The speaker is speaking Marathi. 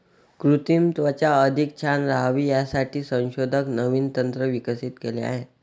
कृत्रिम त्वचा अधिक छान राहावी यासाठी संशोधक नवीन तंत्र विकसित केले आहे